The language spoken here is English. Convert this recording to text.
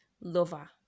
lover